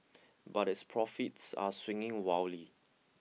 but its profits are swinging wildly